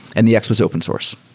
and the x was open source.